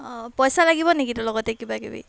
অঁ পইচা লাগিব নেকি লগতে কিবাকিবি